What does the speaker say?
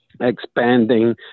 expanding